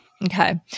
Okay